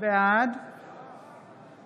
בעד